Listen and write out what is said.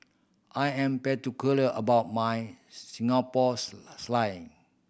I am particular about my Singapore's